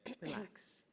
relax